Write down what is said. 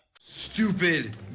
Stupid